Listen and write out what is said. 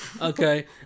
Okay